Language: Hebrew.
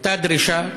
הייתה דרישה,